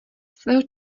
svého